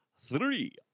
three